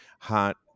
hot